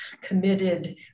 committed